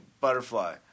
butterfly